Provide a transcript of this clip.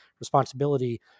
responsibility